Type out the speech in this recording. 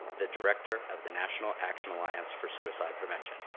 the director of the national action alliance for suicide prevention.